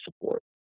support